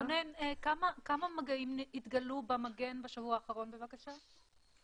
רונן, כמה מגעים התגלו במגן בשבוע האחרון, בבקשה?